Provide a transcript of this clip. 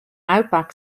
outback